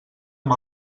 amb